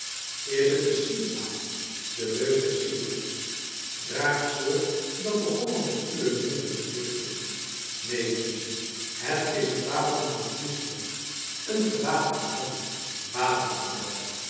is het een schieraal de leus der schieringers draagt zorg dat de hollanders uwe meren niet leegvisschen neen friezen het is het wapen van friesland een gewapend man wapent u dan